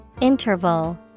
Interval